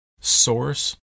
Source